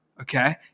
okay